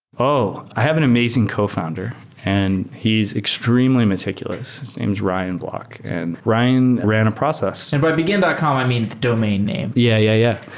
oh, i have an amazing co-founder and he's extremely meticulous. his name's ryan block. and ryan ran a process by begin dot com, i mean, domain name yeah, yeah,